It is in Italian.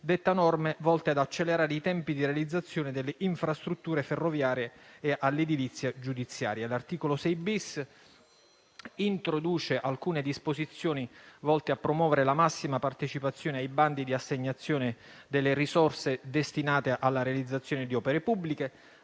detta norme volte ad accelerare i tempi di realizzazione delle infrastrutture ferroviarie e dispone misure in materia di edilizia giudiziaria. L'articolo 6-*bis* introduce alcune disposizioni volte a promuovere la massima partecipazione ai bandi di assegnazione delle risorse destinate alla realizzazione di opere pubbliche.